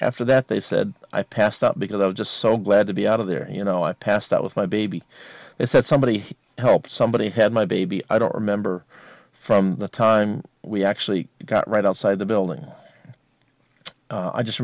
after that they said i passed out because i was just so glad to be out of there you know i passed out with my baby is that somebody help somebody had my baby i don't remember from the time we actually got right outside the building i just